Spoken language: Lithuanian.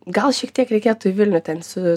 gal šiek tiek reikėtų į vilnių ten su